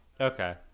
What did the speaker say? Okay